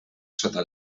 sota